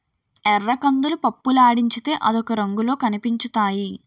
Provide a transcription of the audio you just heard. ఎర్రకందులు పప్పులాడించితే అదొక రంగులో కనిపించుతాయి